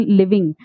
living